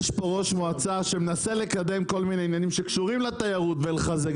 יש פה ראש מועצה שמנסה לקדם כל מיני עניינים שקשורים לתיירות ולחזק,